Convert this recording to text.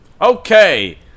Okay